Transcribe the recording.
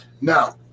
Now